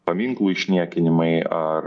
paminklų išniekinimai ar